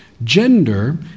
Gender